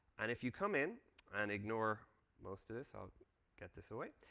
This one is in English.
and if you come in and ignore most of this. i'll get this away.